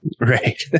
Right